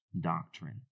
doctrine